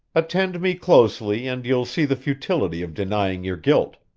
attend me closely and you'll see the futility of denying your guilt.